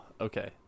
okay